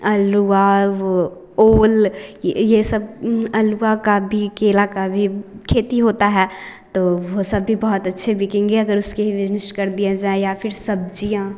अलुवा वो ओल ये सब अलुवा का भी केला भी खेती होता है तो वो सब भी बहुत अच्छे बिकेंगे अगर उसके बिजनेश कर दिया जाए या फिर सब्जियाँ